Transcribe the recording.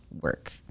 work